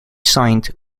signed